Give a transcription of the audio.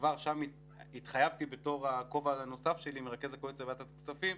כבר שם התחייבתי בכובע הנוסף שלי כמרכז הקואליציה בוועדת הכספים,